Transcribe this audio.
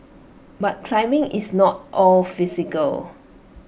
but climbing is not all physical